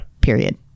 period